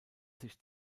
sich